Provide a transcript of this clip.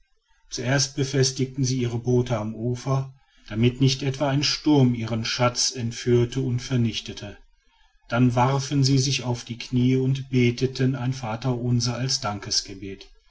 zuerst befestigten sie ihre boote am ufer damit nicht etwa ein sturm ihren schatz entführte und vernichte dann warfen sie sich auf die knie und beteten ein vaterunser als dankgebet